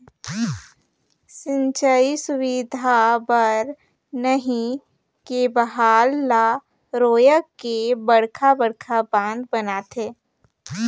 सिंचई सुबिधा बर नही के बहाल ल रोयक के बड़खा बड़खा बांध बनाथे